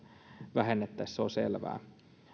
vähennettäisiin se on selvää